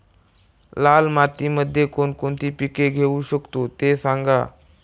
लाल मातीमध्ये कोणकोणती पिके घेऊ शकतो, ते सांगा